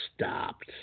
stopped